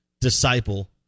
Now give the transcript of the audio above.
disciple